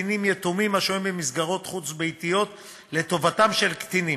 קטינים יתומים השוהים במסגרות חוץ-ביתיות לטובתם של קטינים.